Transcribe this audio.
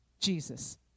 Jesus